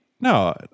No